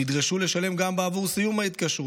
נדרשו לשלם גם עבור סיום ההתקשרות,